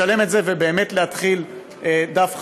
לשלם את זה ובאמת להתחיל דף חלק.